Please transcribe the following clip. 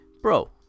bro